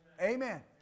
Amen